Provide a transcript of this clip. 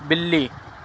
بلی